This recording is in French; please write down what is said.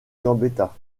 gambetta